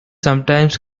sometimes